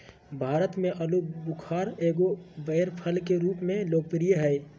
भारत में आलूबुखारा एगो बैर फल के रूप में लोकप्रिय हइ